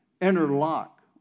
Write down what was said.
interlock